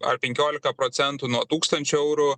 ar penkiolika procentų nuo tūkstančio eurų